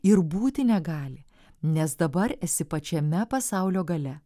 ir būti negali nes dabar esi pačiame pasaulio gale